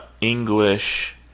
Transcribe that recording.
English